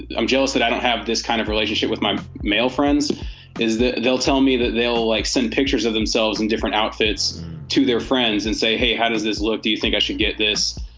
i'm jealous that i don't have this kind of relationship with my male friends is that they'll tell me that they'll like send pictures of themselves in different outfits to their friends and say, hey, how does this look? do you think i should get this?